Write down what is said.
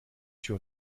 tür